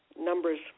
numbers